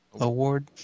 award